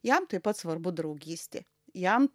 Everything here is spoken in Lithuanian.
jam taip pat svarbu draugystė jam